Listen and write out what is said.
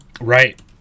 Right